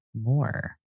more